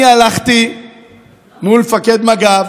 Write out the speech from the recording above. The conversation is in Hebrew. אני הלכתי מול מפקד מג"ב